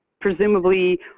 presumably